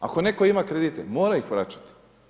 Ako netko ima kredite mora ih vraćati.